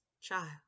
child